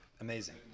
Amazing